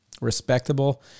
respectable